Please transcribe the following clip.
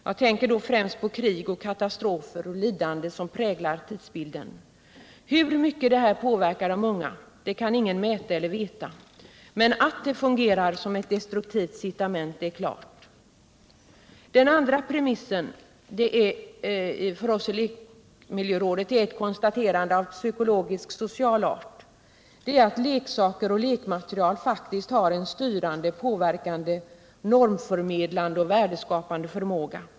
Jag tänker då främst på de krig, katastrofer och lidanden som präglar tidsbilden. Hur mycket detta påverkar de unga kan ingen mäta eller veta, men art det fungerar som ett destruktivt incitament är klart. Den andra premissen för arbetet i lekmiljörådet är ett konstaterande av psykologisk-social art. Det är att leksaker och lekmaterial faktiskt har en styrande, påverkande, normförmedlande och värdeskapande förmåga.